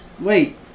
wait